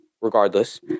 Regardless